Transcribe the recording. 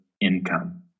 income